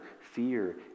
fear